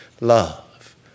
love